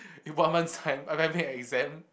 in one month's time I'm having an exam